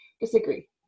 disagree